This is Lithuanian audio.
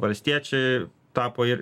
valstiečiai tapo ir